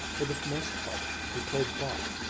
for the most part he played bach,